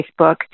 Facebook